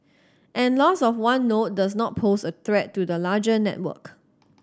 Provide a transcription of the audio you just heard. and loss of one node does not pose a threat to the larger network